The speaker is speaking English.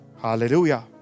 Hallelujah